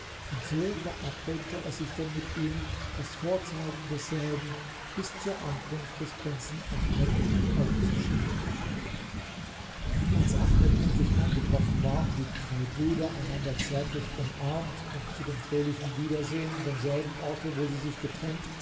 und so verabredete er sich denn mit ihm das vorzeigen desselben bis zur ankunft des prinzen ahmed aufzuschieben als ahmed endlich eingetroffen war und die drei brüder einander zärtlich umarmt und zu dem fröhlichen wiedersehen an demselben orte wo sie sich getrennt